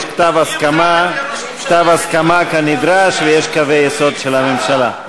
יש כתב הסכמה כנדרש ויש קווי יסוד של הממשלה.